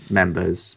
members